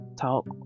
talk